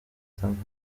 san